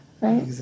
right